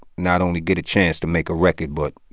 not only get a chance to make a record but,